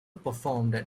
performed